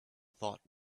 thought